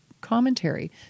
commentary